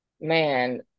man